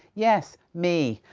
yes. me!